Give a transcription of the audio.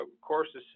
courses